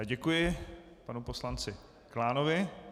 Děkuji panu poslanci Klánovi.